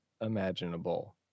imaginable